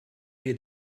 wir